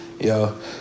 yo